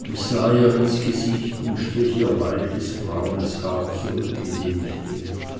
ich sah ihr ins gesicht und strich ihr weiches braunes haar zurück indem ich rief